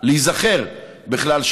להיזכר בכלל,